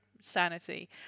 sanity